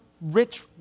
rich